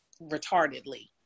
retardedly